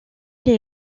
est